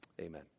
Amen